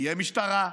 תהיה משטרה,